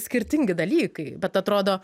skirtingi dalykai bet atrodo